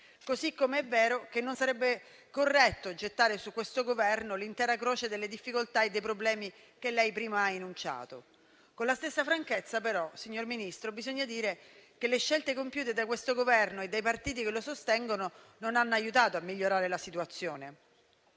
così com'è vero che non sarebbe corretto gettare sull'attuale Governo l'intera croce delle difficoltà e dei problemi che lei prima ha enunciato. Con la stessa franchezza, però, signor Ministro, bisogna dire che le scelte compiute dal Governo e dai partiti che lo sostengono non hanno aiutato a migliorare la situazione.